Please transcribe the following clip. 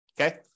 Okay